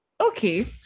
Okay